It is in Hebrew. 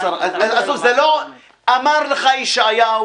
אמר לך ישעיהו